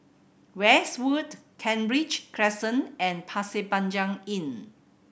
Westwood Kent Ridge Crescent and Pasir Panjang Inn